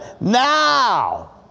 now